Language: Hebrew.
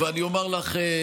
אני אומר לך,